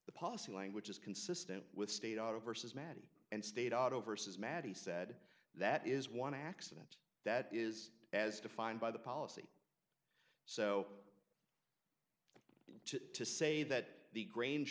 the policy language is consistent with state auto versus mattie and state auto versus mad he said that is one accident that is as defined by the policy so to say that the grange